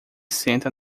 senta